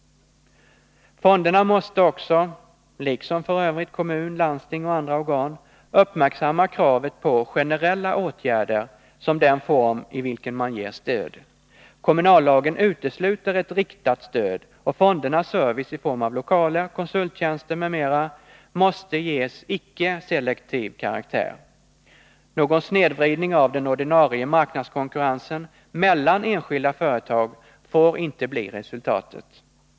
Fonderna måste också, liksom f. ö. kommun, landsting och andra organ, uppmärksamma kravet på generella åtgärder som den form i vilken man ger stöd. Kommunallagen utesluter ett riktat stöd, och fondernas service i form av lokaler, konsulttjänster m.m. måste ges icke selektiv karaktär. Någon snedvridning av den ordinarie marknadskonkurrensen mellan enskilda företag får inte bli resultatet.